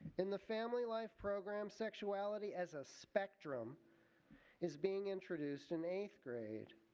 in the family life program sexuality as a spectrum is being introduced in eighth grade.